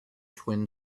twin